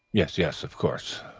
yes, yes, of course.